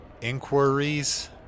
inquiries